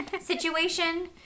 situation